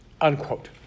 unquote